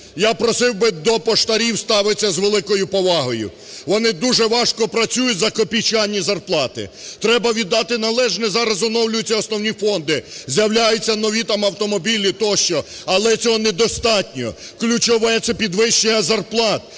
Я просив би до поштарів ставитися з великою повагою, вони дуже важко працюють за копійчані зарплати. Треба віддати належне, зараз оновлюються основні фонди, з'являються нові там автомобілі тощо, але цього недостатньо, ключове – це підвищення зарплат,